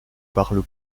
parle